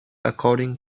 according